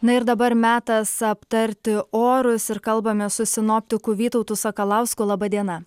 na ir dabar metas aptarti orus ir kalbamės su sinoptiku vytautu sakalausku laba diena